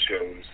shows